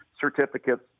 certificates